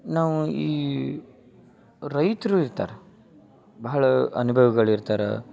ನಾವು ಈ ರೈತರು ಇರ್ತಾರ ಭಾಳ ಅನುಭವಿಗಳು ಇರ್ತಾರ